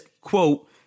quote